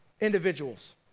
individuals